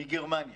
מגרמניה,